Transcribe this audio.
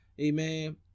amen